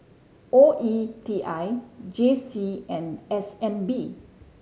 O E T I J C and S N B